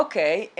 אוקיי.